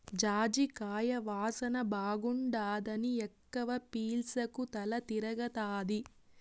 జాజికాయ వాసన బాగుండాదని ఎక్కవ పీల్సకు తల తిరగతాది